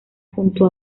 junto